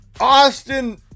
Austin